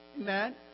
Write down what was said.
Amen